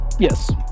yes